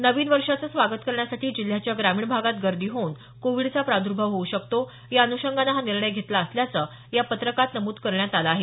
नवीन वर्षाचं स्वागत करण्यासाठी जिल्ह्याच्या ग्रामीण भागात गर्दी होऊन कोविडचा प्रादूर्भाव होऊ शकतो या अनुषंगानं हा निर्णय घेतला असल्याचं या पत्रकात नमूद करण्यात आलं आहे